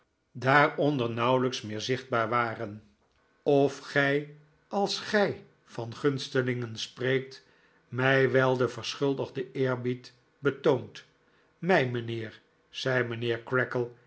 nauwelijks meer zichtbaar waren of gij als gij van gunstelingen spreekt mij wel den verschuldigden eerbied betoont mij mijnheer zei